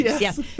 Yes